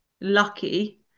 lucky